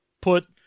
put